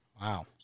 wow